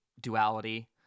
Duality